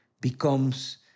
becomes